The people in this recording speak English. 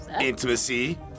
intimacy